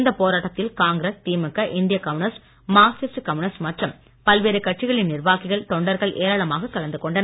இந்த போராட்டத்தில் காங்கிரஸ் திமுக இந்திய கம்யூனிஸ்ட் மார்க்சிஸ்ட் கம்யூனிஸ்ட் மற்றும் பல்வேறு கட்சிகளின் நிர்வாகிகள் தொண்டர்கள் ஏராளமாக கலந்து கொண்டனர்